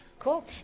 Cool